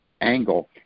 Angle